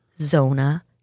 Zona